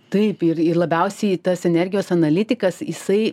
taip ir ir labiausiai tas energijos analitikas jisai